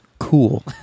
cool